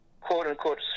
quote-unquote